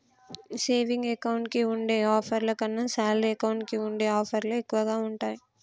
saving account కి ఉండే ఆఫర్ల కన్నా శాలరీ అకౌంట్ కి ఉండే ఆఫర్లే ఎక్కువగా ఉంటాయి